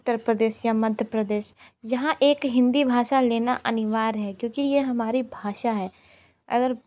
उत्तर प्रदेश या मध्य प्रदेश यहाँ एक हिंदी भाषा लेना अनिवार्य है क्योंकि ये हमारी भाषा है अगर